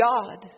God